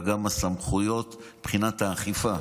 וגם הסמכויות מבחינת האכיפה.